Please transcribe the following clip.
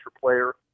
player